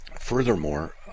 furthermore